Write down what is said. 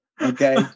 Okay